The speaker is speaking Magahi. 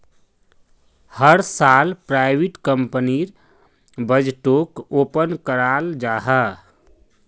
हर साल प्राइवेट कंपनीर बजटोक ओपन कराल जाहा